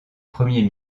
premier